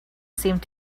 seemed